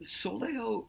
soleo